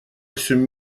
всем